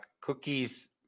cookies